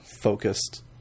focused